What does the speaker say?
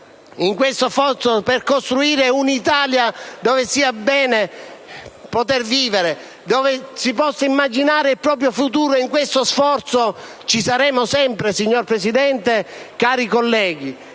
In questo sforzo per costruire un'Italia dove sia bene poter vivere, dove si possa immaginare il proprio futuro, noi ci saremo sempre. Signor Presidente e cari colleghi,